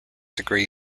degree